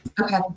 okay